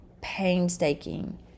painstaking